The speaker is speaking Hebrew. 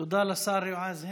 תודה לשר יועז הנדל.